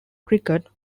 cricket